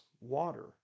water